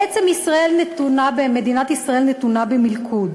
בעצם, מדינת ישראל נתונה במלכוד.